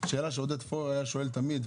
שאלה שעודד פורר שואל תמיד,